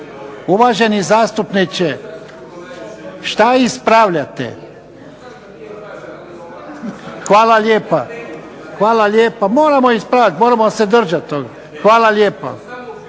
Uvaženi zastupniče šta ispravljate? Hvala lijepa. Moramo ispraviti. Moramo se